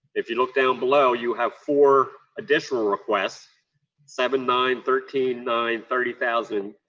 if you look down below, you have four additional requests seven, nine, thirteen, nine, thirty thousand, and.